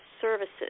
Services